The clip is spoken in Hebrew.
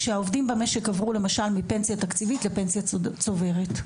כשהעובדים במשק עברו מפנסיה תקציבית לפנסיה צוברת.